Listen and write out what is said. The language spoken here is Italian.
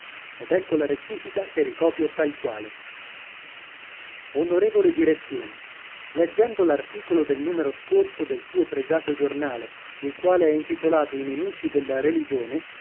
ed ecco la rettifica che ricopio tal quale onorevole direzione leggendo l'articolo del numero scorso del suo pregiato giornale il quale è intitolato i nemici della religione